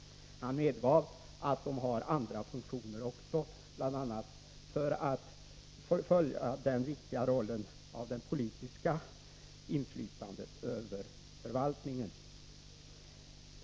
Han medgav att de har andra funktioner också, bl.a. den viktiga rollen att följa det politiska inflytandet över förvaltningen.